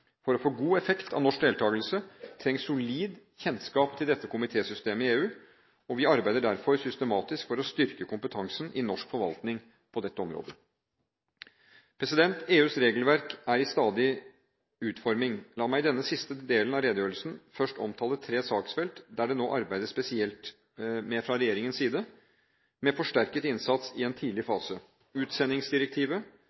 For å få god effekt av norsk deltakelse trengs solid kjennskap til dette komitésystemet i EU, og vi arbeider derfor systematisk for å styrke kompetansen i norsk forvaltning på dette området. EUs regelverk er i stadig utforming. La meg i denne siste delen av redegjørelsen først omtale tre saksfelt det nå arbeides spesielt med fra regjeringens side, med forsterket innsats i en tidlig